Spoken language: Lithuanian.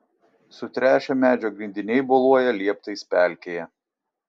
sutręšę medžio grindiniai boluoja lieptais pelkėje